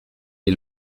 est